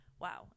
wow